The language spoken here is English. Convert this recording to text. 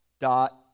dot